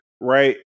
right